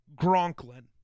Gronklin